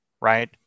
right